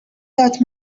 that